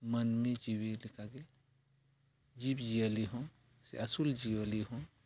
ᱢᱟᱹᱱᱢᱤ ᱡᱤᱣᱤ ᱞᱮᱠᱟᱜᱮ ᱡᱤᱵᱽ ᱡᱤᱭᱟᱹᱞᱤ ᱦᱚᱸ ᱥᱮ ᱟᱹᱥᱩᱞ ᱡᱤᱭᱟᱹᱞᱤ ᱦᱚᱸ